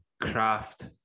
craft